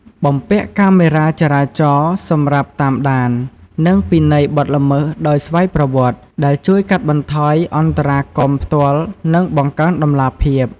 បំពាក់កាមេរ៉ាចរាចរណ៍ សម្រាប់តាមដាន និងពិន័យបទល្មើសដោយស្វ័យប្រវត្តិ ដែលជួយកាត់បន្ថយអន្តរាគមន៍ផ្ទាល់ និងបង្កើនតម្លាភាព។